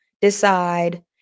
decide